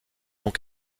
donc